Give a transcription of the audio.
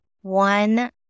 One